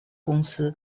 公司